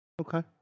Okay